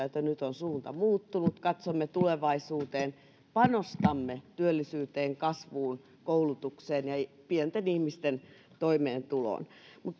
että nyt on suunta muuttunut katsomme tulevaisuuteen panostamme työllisyyteen kasvuun koulutukseen ja pienten ihmisten toimeentuloon mutta